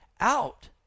out